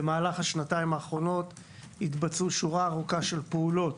במהלך השנתיים האחרונות התבצעו שורה ארוכה של פעולות